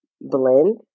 blend